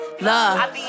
Love